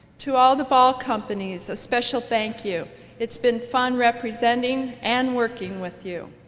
to all the ball companies a special thank you it's been fun representing and working with you.